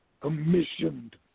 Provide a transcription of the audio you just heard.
commissioned